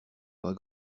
pas